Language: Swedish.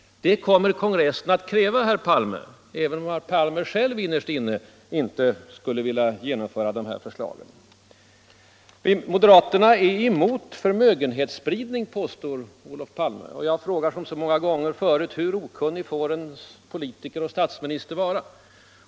Det kommer kongressen att kräva, herr Palme, även om herr Palme själv innerst inne inte skulle vilja genomföra de här förslagen. Moderaterna är emot förmögenhetsspridning, påstår Olof Palme. Jag frågar som så många gånger förr: Hur okunnig får en politiker och statsminister vara?